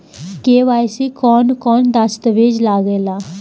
KYC में कवन कवन दस्तावेज लागे ला?